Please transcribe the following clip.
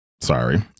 sorry